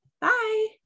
Bye